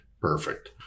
perfect